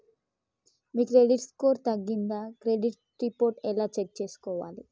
మీ credit score తగ్గిందా credit report ఎలా check చేసుకోవాలి?